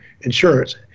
insurance